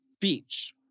Beach